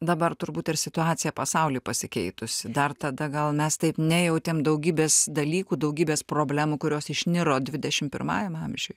dabar turbūt ir situacija pasauly pasikeitusi dar tada gal mes taip nejautėm daugybės dalykų daugybės problemų kurios išniro dvidešim pirmajame amžiuj